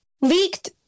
leaked